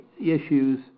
issues